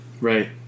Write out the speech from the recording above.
Right